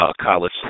college